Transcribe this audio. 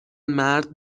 مرد